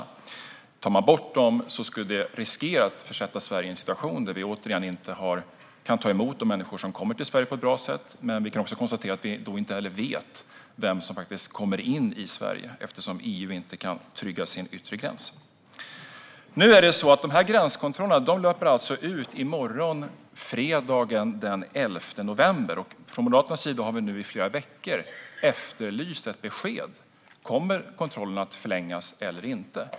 Om man tar bort dem skulle det kunna försätta Sverige i en situation där vi återigen inte kan ta emot de människor som kommer hit på ett bra sätt. Vi vet heller inte vem som kommer in i Sverige eftersom EU inte kan trygga sin yttre gräns. Dessa gränskontroller löper ut i morgon, fredagen den 11 november. Vi moderater har i flera veckor efterlyst ett besked. Kommer kontrollerna att förlängas eller inte?